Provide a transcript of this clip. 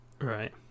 right